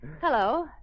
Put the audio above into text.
Hello